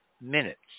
minutes